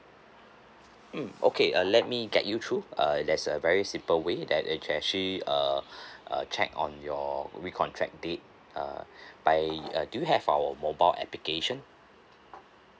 mm okay uh let me get you through uh there's a very simple way that you can actually uh uh check on your recontract date err by uh do you have our mobile application